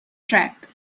track